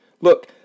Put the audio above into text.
Look